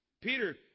Peter